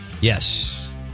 Yes